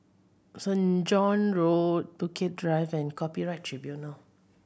Saint John Road Bukit Drive and Copyright Tribunal